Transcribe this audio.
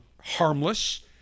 harmless